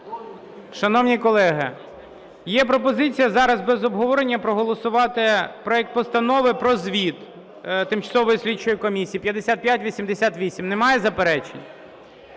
Шановні колеги, є пропозиція зараз без обговорення проголосувати проект Постанови про звіт Тимчасової слідчої комісії (5588). Немає заперечень?